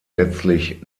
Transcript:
letztlich